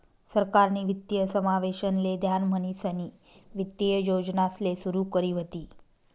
सरकारनी वित्तीय समावेशन ले ध्यान म्हणीसनी वित्तीय योजनासले सुरू करी व्हती